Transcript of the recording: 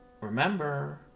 remember